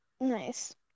Nice